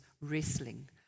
wrestling